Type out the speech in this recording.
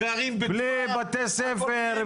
בלי בתי ספר,